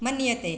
मन्यते